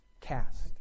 cast